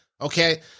okay